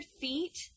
feet